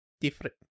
different